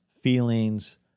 feelings